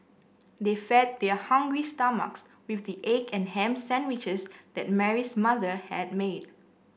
they fed their hungry stomachs with the egg and ham sandwiches that Mary's mother had made